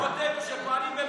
נאחל בהצלחה לכוחותינו שפועלים,